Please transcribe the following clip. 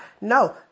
No